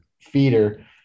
feeder